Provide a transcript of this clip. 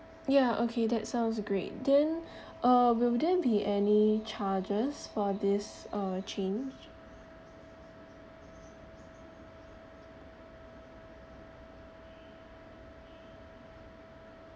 ya okay that sounds great then uh will there be any charges for this uh change